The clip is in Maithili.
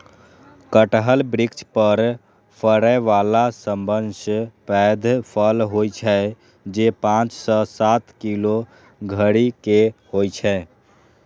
कटहल वृक्ष पर फड़ै बला सबसं पैघ फल होइ छै, जे पांच सं सात किलो धरि के होइ छै